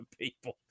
people